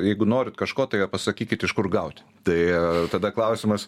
jeigu norit kažko tai pasakykit iš kur gauti tai tada klausimas